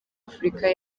afurika